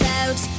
out